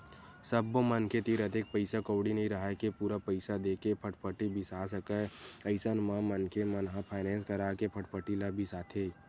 सब्बो मनखे तीर अतेक पइसा कउड़ी नइ राहय के पूरा पइसा देके फटफटी बिसा सकय अइसन म मनखे मन ह फायनेंस करा के फटफटी ल बिसाथे